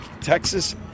Texas